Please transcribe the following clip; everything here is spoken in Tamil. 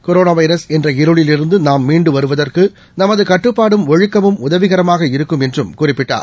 கொரோனாவைரஸ் என்ற இருளில் இருந்துநாம் மீண்டுவருவதற்குநமதுகட்டுப்பாடும் ஒழுக்கமும் உதவிக்கரமாக இருக்கும் என்றும் குறிப்பிட்டார்